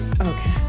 Okay